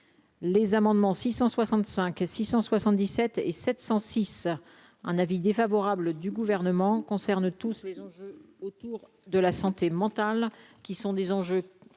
Les amendements 665 et 677 et 706 un avis défavorable du Gouvernement concerne tous autour de la santé mentale, qui sont des enjeux